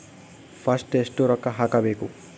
First ಎಷ್ಟು ರೊಕ್ಕ ಹಾಕಬೇಕು?